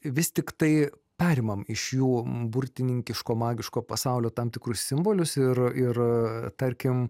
vis tiktai perimam iš jų burtininkiško magiško pasaulio tam tikrus simbolius ir ir tarkim